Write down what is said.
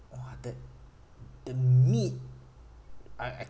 !wah! the the meat I I